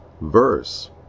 verse